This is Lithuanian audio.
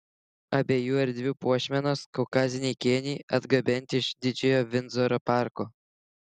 abiejų erdvių puošmenos kaukaziniai kėniai atgabenti iš didžiojo vindzoro parko